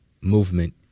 movement